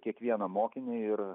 kiekvieną mokinį ir